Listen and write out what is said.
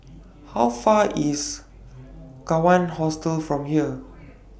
How Far IS Kawan Hostel from here